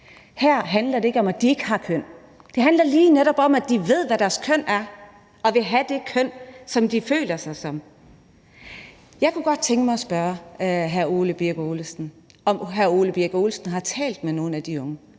Her handler det ikke om, at de ikke har et af de køn. Det handler netop om, at de ved, hvad deres køn er, og vil have det køn, som de føler sig som. Jeg kunne godt tænke mig at spørge hr. Ole Birk Olesen, om hr. Ole Birk Olesen har talt med nogle af de unge,